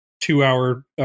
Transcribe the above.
two-hour